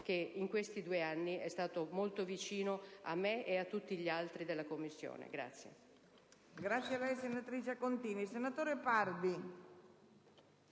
che in questi due anni è stato molto vicino a me e a tutti i membri della Commissione.